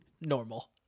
Normal